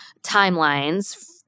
timelines